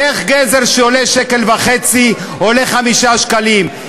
איך גזר שעולה 1.5 שקל עולה 5 שקלים?